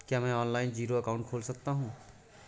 क्या मैं online zero account खोल सकता हूँ?